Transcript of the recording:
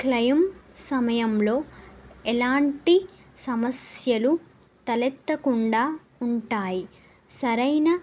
claim సమయంలో ఎలాంటి సమస్యలు తలెత్తకుండా ఉంటాయి సరైన